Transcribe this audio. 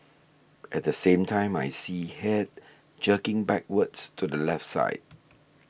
at the same time I see head jerking backwards to the left side